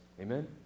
Amen